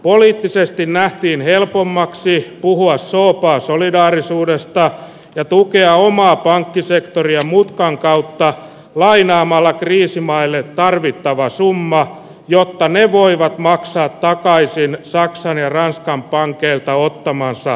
poliittisesti nähtiin helpommaksi puhua soopaa solidaarisuudesta ja tukea omaa pankkisektoria mutkan kautta lainaamalla kriisimaille tarvittava summa jotta ne voivat maksaa takaisin saksaan ja ranskaan pankeilta ottamansa